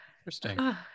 Interesting